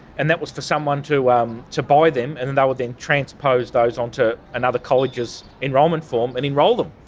and that was for someone to um to buy them and then they would then transpose those onto another college's enrolment form and enrol them.